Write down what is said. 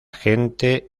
gente